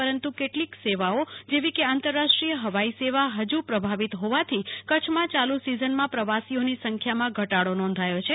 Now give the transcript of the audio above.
પરંતુ કેટલીક સેવાઓ જેવી કે આંતરાષ્ટ્રીય હવાઈ સેવા હજી પ્રભાવિત હોવાથી કચ્છમાં યાલુ સીઝનમાં પ્રવાસીઓની સંખ્યામાં ઘટાડો નોંધાયો છે